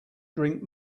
drink